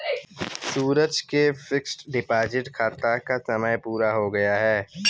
सूरज के fixed deposit खाता का समय पूरा हो गया है